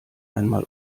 einmal